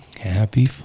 happy